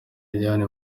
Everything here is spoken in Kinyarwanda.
liliane